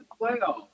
playoffs